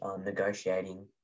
negotiating